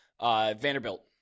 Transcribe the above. Vanderbilt